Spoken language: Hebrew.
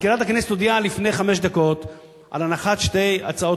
מזכירת הכנסת הודיעה לפני חמש דקות על הנחת שתי הצעות